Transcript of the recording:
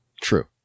True